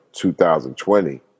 2020